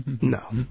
No